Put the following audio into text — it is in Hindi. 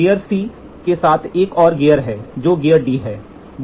गियर C के साथ एक और गियर है जो गियर D है